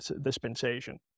dispensation